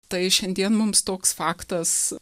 tai šiandien mums toks faktas